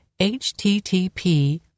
http